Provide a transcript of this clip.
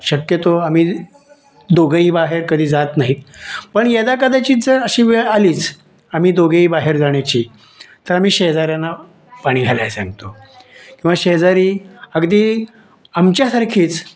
शक्यतो आम्ही दोघेही बाहेर कधी जात नाही पण यदाकदाचित जर अशी वेळ आलीच आम्ही दोघेही बाहेर जाण्याची तर आम्ही शेजाऱ्यांना पाणी घालायला सांगतो किंवा शेजारी अगदी आमच्यासारखेच